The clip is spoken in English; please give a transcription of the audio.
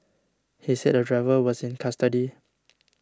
he said the driver was in custody